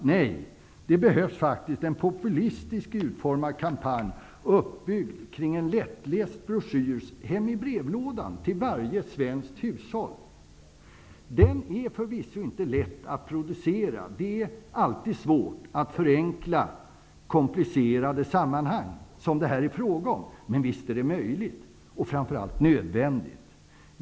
Nej, det behövs en populistisk utformad kampanj, uppbyggd kring en lättläst broschyr hem i brevlådan till varje svenskt hushåll. Den är förvisso inte lätt att producera. Det är alltid svårt att förenkla komplicerade sammanhang, som det här är fråga om här -- men visst är det möjligt, och nödvändigt!